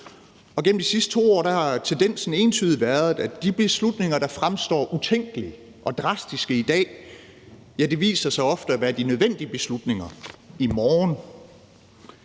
Og gennem de sidste 2 år har tendensen entydigt været, at de beslutninger, der fremstår utænkelige og drastiske i dag, ofte viser sig at være de nødvendige beslutninger i morgen.